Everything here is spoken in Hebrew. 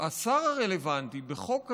השר הרלוונטי בחוק כזה,